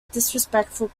disrespectful